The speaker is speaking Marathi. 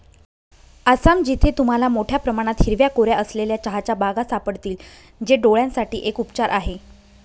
आसाम, जिथे तुम्हाला मोठया प्रमाणात हिरव्या कोऱ्या असलेल्या चहाच्या बागा सापडतील, जे डोळयांसाठी एक उपचार आहे